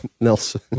Nelson